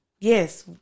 Yes